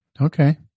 Okay